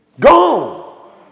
Gone